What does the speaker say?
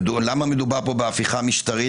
למה מדובר כאן בהפיכה משטרית?